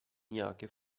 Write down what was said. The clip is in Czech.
nějaké